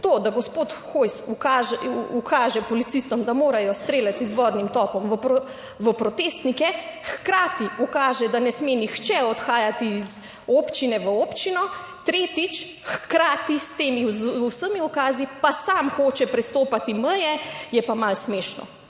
To, da gospod Hojs ukaže policistom, da morajo streljati z vodnim topom v protestnike, hkrati ukaže, da ne sme nihče odhajati iz občine v občino. Tretjič, hkrati s temi vsemi ukazi pa sam hoče prestopati meje, je pa malo smešno.